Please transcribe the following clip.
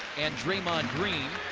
and draymond green.